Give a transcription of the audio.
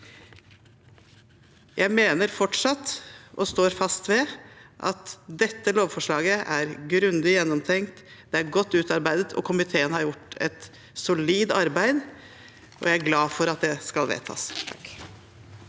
Jeg mener fortsatt og står fast ved at dette lovforslaget er grundig gjennomtenkt. Det er godt utarbeidet, komiteen har gjort et solid arbeid, og jeg er glad for at det skal vedtas. Linda